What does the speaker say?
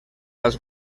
als